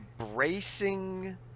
embracing